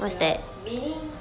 ya meaning